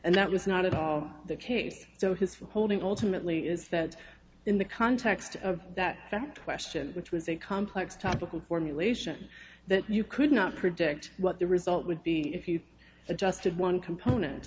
and that was not at all the case so his for holding alternately is that in the context of that fact question which was a complex topical formulation that you could not predict what the result would be if you adjusted one component